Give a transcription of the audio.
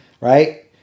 right